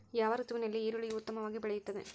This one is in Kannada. ಯಾವ ಋತುವಿನಲ್ಲಿ ಈರುಳ್ಳಿಯು ಉತ್ತಮವಾಗಿ ಬೆಳೆಯುತ್ತದೆ?